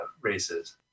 races